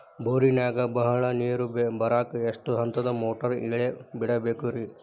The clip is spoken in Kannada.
ಬೋರಿನಾಗ ಬಹಳ ನೇರು ಬರಾಕ ಎಷ್ಟು ಹಂತದ ಮೋಟಾರ್ ಇಳೆ ಬಿಡಬೇಕು ರಿ?